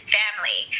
family